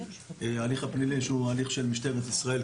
ההליך הפלילי שהוא הליך של משטרת ישראל,